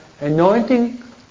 anointing